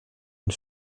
une